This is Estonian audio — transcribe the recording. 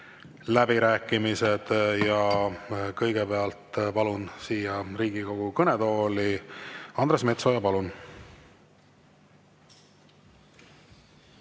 läbirääkimised. Kõigepealt palun siia Riigikogu kõnetooli Andres Metsoja. Palun!